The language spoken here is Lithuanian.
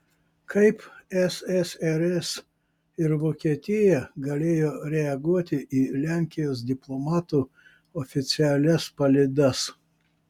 kaip ssrs ir vokietija galėjo reaguoti į lenkijos diplomatų oficialias palydas